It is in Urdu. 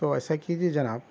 تو ایسا کیجئے جناب